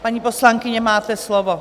Paní poslankyně, máte slovo.